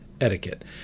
etiquette